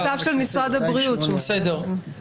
ההצעה של חבר הכנסת מקלב מתייחסת לסעיף 17ב לחוק,